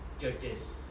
churches